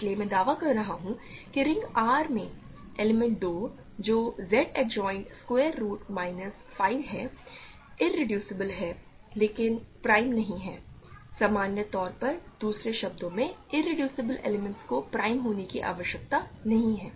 इसलिए मैं दावा कर रहा हूं कि रिंग R में एलिमेंट 2 जो Z adjoined square root minus 5 है इरेड्यूसबल है लेकिन प्राइम नहीं है सामान्य तौर पर दूसरे शब्दों में इरेड्यूसिबल एलिमेंट्स को प्राइम होने की आवश्यकता नहीं है